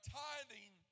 tithing